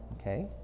Okay